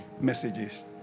messages